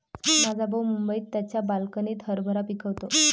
माझा भाऊ मुंबईत त्याच्या बाल्कनीत हरभरा पिकवतो